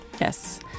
yes